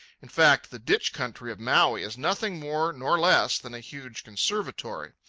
in fact, the ditch country of maui is nothing more nor less than a huge conservatory.